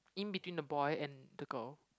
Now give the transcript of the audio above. in between the boy and the girl